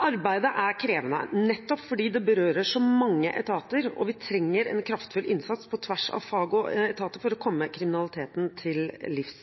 Arbeidet er krevende nettopp fordi det berører så mange etater, og vi trenger en kraftfull innsats på tvers av fag og etater for å komme kriminaliteten til livs.